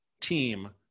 team